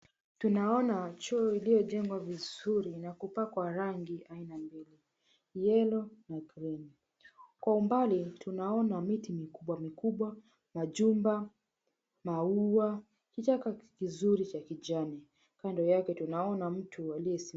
Tunaona choo ililiyojengwa na kupakwa rangi aina mbili yellow na green . Kwa umbali tunaona miti mikubwa mikubwa majumba, maua kichaka kizuri cha kijani kando yake tunaona mtu aliyesimama.